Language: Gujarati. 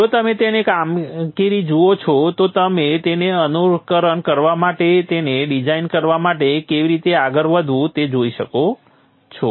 જો તમે તેની કામગીરી જુઓ છો તો તમે તેને અનુકરણ કરવા અને તેને ડિઝાઇન કરવા માટે કેવી રીતે આગળ વધવું તે જોઈ શકો છો